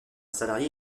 salarié